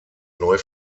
neu